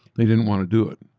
they didn't want to do it.